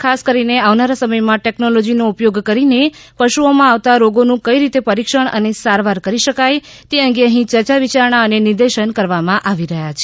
ખાસ કરીને આવનારા સમયમાં ટેક્નોલોજીનો ઉપયોગ કરીને પશુઓમાં આવતા રોગોનું કઈ રીતે પરીક્ષણ અને સારવાર કરી શકાય તે અંગે અહી ચર્ચા વિચારણા અને નિર્દેશન કરવામાં આવી રહ્યા છે